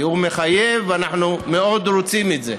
הציבורי, הוא מחייב, אנחנו מאוד רוצים את זה.